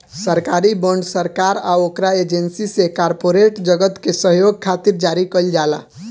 सरकारी बॉन्ड सरकार आ ओकरा एजेंसी से कॉरपोरेट जगत के सहयोग खातिर जारी कईल जाला